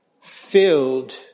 filled